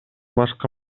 башкы